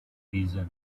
vision